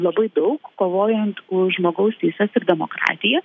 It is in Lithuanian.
labai daug kovojant už žmogaus teises ir demokratiją